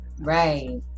right